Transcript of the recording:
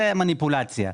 זה מניפולציה.